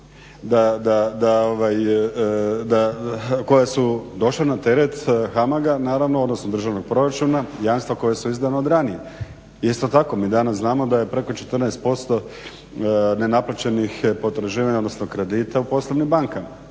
koja su došla na teret HAMAG-a, naravno odnosno državnog proračuna, jamstva koja su izdana od ranije. Isto tako, mi danas znamo da je preko 14% nenaplaćenih potraživanja, odnosno kredita u poslovnim bankama.